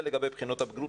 זה לגבי בחינות הבגרות.